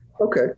Okay